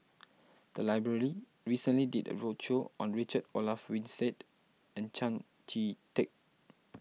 the library recently did a roadshow on Richard Olaf Winstedt and Tan Chee Teck